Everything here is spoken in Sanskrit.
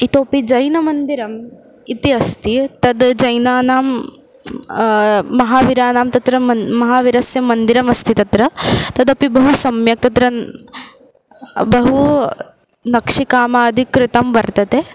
इतोपि जैनमन्दिरम् इति अस्ति तद् जैनानां महाविराणां तत्र मन् महावीरस्य मन्दिरमस्ति तत्र तदपि बहु सम्यक् तत्र बहु नक्षिकामादिकृतं वर्तते